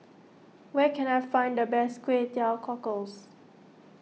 where can I find the best Kway Teow Cockles